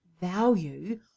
value